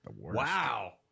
wow